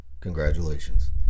Congratulations